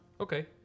Okay